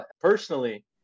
personally